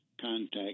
contact